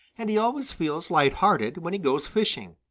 and he always feels light-hearted when he goes fishing.